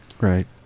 Right